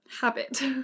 habit